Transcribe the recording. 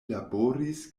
laboris